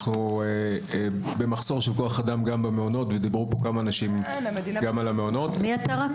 אנחנו במחסור של כוח אדם גם במעונות --- מי אתה רק?